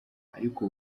ariko